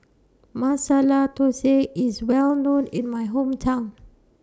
Masala Dosa IS Well known in My Hometown